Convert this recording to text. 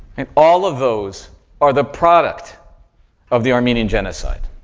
and all of those are the product of the armenian genocide.